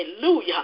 Hallelujah